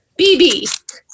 BB